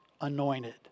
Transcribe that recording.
anointed